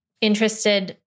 interested